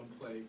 play